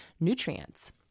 nutrients